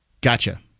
Gotcha